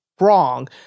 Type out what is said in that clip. wrong